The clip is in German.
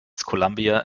columbia